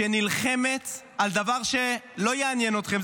שנלחמת על דבר שלא יעניין אתכם.